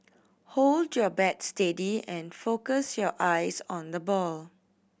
hold your bat steady and focus your eyes on the ball